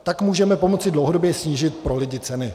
Tak můžeme pomoci dlouhodobě snížit pro lidi ceny.